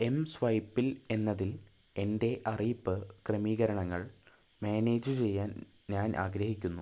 M സ്വൈപ്പിൽ എന്നതിൽ എൻ്റെ അറിയിപ്പ് ക്രമീകരണങ്ങൾ മാനേജു ചെയ്യാൻ ഞാൻ ആഗ്രഹിക്കുന്നു